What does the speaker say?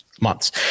months